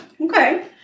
Okay